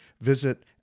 Visit